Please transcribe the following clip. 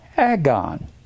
agon